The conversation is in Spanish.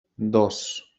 dos